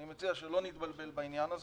אני מציע שלא נתבלבל בעניין הזה.